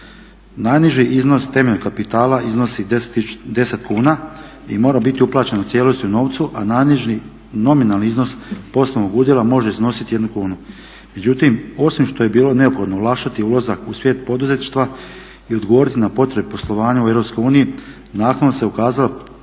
Najniži iznos temeljnog kapitala iznosi 10 kuna i mora biti uplaćen u cijelosti u novci, a najniži nominalni iznos poslovnog udjela može iznositi jednu kunu. Međutim, osim što je bilo neophodno olakšati ulazak u svijet poduzetništva i odgovoriti na potrebe poslovanja u EU naknadno se ukazala